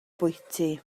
bwyty